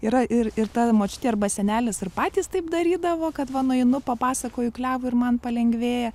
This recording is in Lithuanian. yra ir ir ta močiutė arba senelis ir patys taip darydavo kad va nueinu papasakoju klevui ir man palengvėja